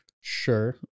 Sure